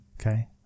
Okay